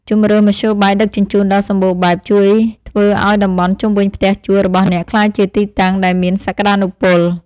ជម្រើសមធ្យោបាយដឹកជញ្ជូនដ៏សម្បូរបែបជួយធ្វើឱ្យតំបន់ជុំវិញផ្ទះជួលរបស់អ្នកក្លាយជាទីតាំងដែលមានសក្តានុពល។